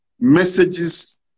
messages